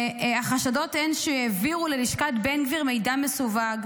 שהחשדות הן שהעבירו ללשכת בן גביר מידע מסווג.